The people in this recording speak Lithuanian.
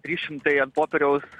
trys šimtai ant popieriaus